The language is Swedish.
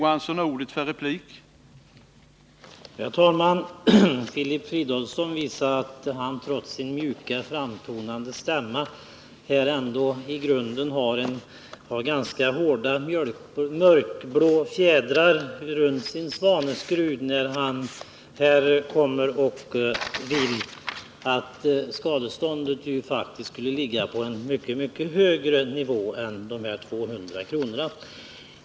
Herr talman! Filip Fridolfsson visar att han, trots sin mjuka framtoning, i grunden har ganska hårda mörkblå fjädrar i sin svaneskrud när han vill att skadeståndet skall ligga på en mycket högre nivå än 200 kr.